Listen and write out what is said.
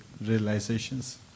realizations